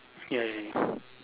ya ya ya